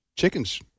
Chickens